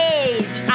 age